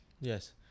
Yes